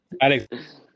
Alex